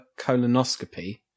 colonoscopy